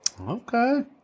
okay